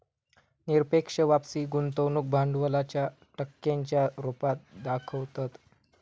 निरपेक्ष वापसी गुंतवणूक भांडवलाच्या टक्क्यांच्या रुपात दाखवतत